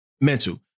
mental